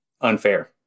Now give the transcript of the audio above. unfair